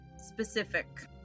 Specific